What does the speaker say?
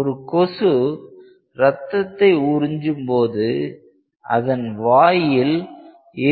ஒரு கொசு ரத்தத்தை உறிஞ்சும் போது அதன் வாயில்